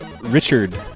Richard